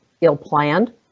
ill-planned